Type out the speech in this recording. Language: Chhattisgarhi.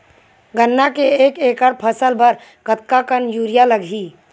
गन्ना के एक एकड़ फसल बर कतका कन यूरिया लगही?